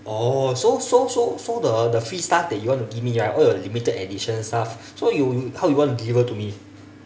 oh so so so so the the free stuff you want to give me right all your limited edition stuff so you you how you want to deliver to me